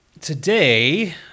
Today